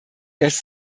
dass